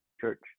church